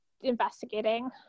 investigating